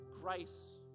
grace